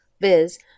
viz